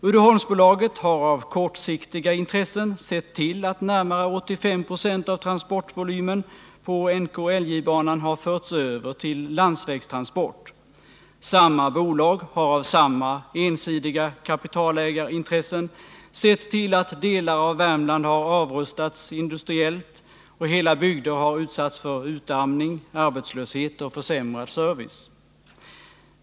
Uddeholmsbolaget har av kortsiktiga intressen sett till att närmare 85 20 av transportvolymen på NKIJ-banan har förts över till landsvägstransport. Samma bolag har av samma ensidiga kapitalägarintresse sett till att delar av Värmland har avrustats industriellt. Hela bygder har utsatts för utarmning, arbetslöshet och försämrad service.